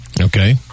Okay